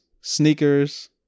sneakers